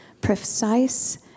precise